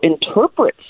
interprets